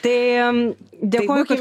tai dėkoju kad